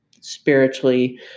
spiritually